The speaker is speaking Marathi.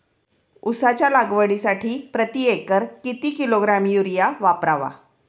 उसाच्या लागवडीसाठी प्रति एकर किती किलोग्रॅम युरिया वापरावा?